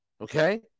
Okay